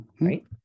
right